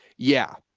yeah,